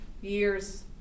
years